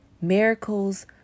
Miracles